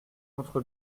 contre